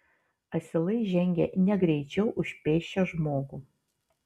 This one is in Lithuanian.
asilai žengė negreičiau už pėsčią žmogų